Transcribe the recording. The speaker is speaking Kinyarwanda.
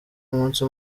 umunsi